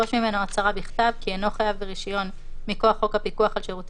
ובלבד שבמדינה זו קיימת חקיקה המחייבת זיהוי לקוחות"; שוב,